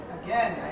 again